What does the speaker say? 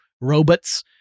robots